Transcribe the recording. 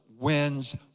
wins